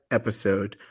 episode